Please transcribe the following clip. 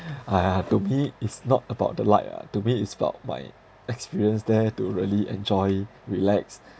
!aiya! to me is not about the light ah to me is about my experience there to really enjoy relax